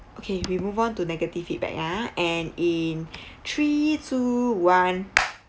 okay we move on to negative feedback ah and in three two one